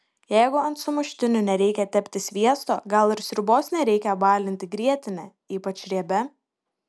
jeigu ant sumuštinių nereikia tepti sviesto gal ir sriubos nereikia balinti grietine ypač riebia